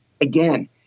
Again